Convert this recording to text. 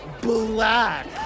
black